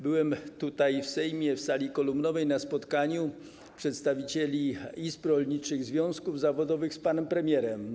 Byłem tutaj, w Sejmie, w sali kolumnowej, na spotkaniu przedstawicieli izb rolniczych, związków zawodowych z panem premierem.